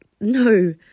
no